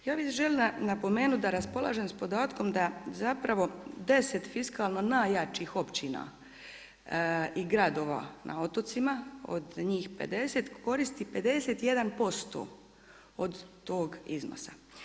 Ja bih željela napomenuti da raspolažem sa podatkom da zapravo 10 fiskalno najjačih općina i gradova na otocima od njih 50 koristi 51% od tog iznosa.